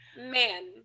man